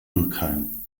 dürkheim